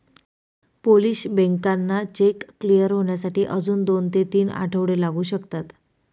Polish बँकांना cheque clear होण्यासाठी अजून दोन ते तीन आठवडे लागू शकतात